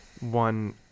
One